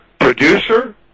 producer